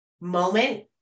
moment